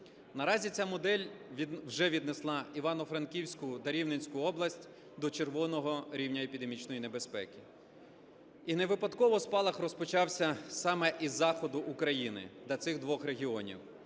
Наразі ця модель вже віднесла Івано-Франківську та Рівненську область до червоного рівня епідемічної небезпеки. І не випадково, спалах розпочався саме із заходу України для цих двох регіонів.